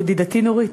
ידידתי נורית,